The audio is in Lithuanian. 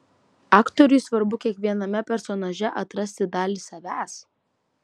aktoriui svarbu kiekviename personaže atrasti dalį savęs